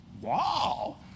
Wow